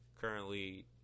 currently